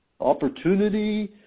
opportunity